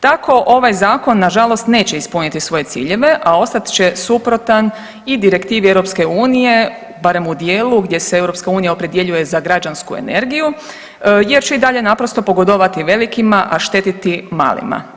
Tako ovaj zakon nažalost neće ispuniti svoje ciljeve, a ostat će suprotan i direktivi EU barem u dijelu gdje se EU opredjeljuje za građansku energiju jer će i dalje naprosto pogodovati velikima, a štetiti malima.